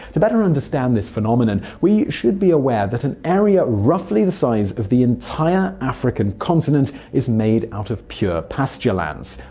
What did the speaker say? to better understand this phenomenon, we should be aware that an area roughly the size of the entire african continent is made out of pasturelands,